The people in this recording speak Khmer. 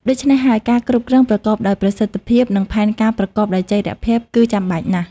ដូច្នេះហើយ ការគ្រប់គ្រង ប្រកបដោយប្រសិទ្ធភាព និង ផែនការប្រកបដោយចីរភាព គឺចាំបាច់ណាស់។